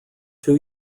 two